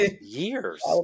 years